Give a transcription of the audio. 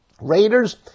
Raiders